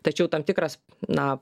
tačiau tam tikras na